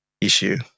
issue